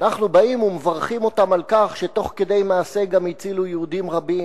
אנחנו באים ומברכים אותם על כך שתוך כדי מעשה גם הצילו יהודים רבים,